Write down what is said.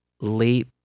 late